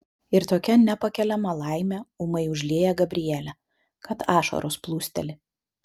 ir tokia nepakeliama laimė ūmai užlieja gabrielę kad ašaros plūsteli